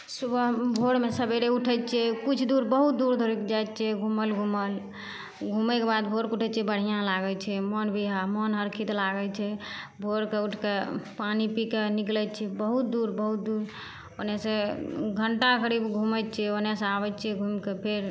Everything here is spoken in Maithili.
सुबह भोरमे सबेरे उठै छिए किछु दूर बहुत दूर धरि जाइ छिए घुमल घुमल घुमैके बाद भोरके उठै छिए बढ़िआँ लागै छै मोन भी मोन हरखित लागै छै भोरके उठिके पानि पीके निकलै छिए बहुत दूर बहुत दूर ओन्नेसे घण्टाघर एगो घुमै छिए ओन्नेसे आबै छिए घुमिके फेर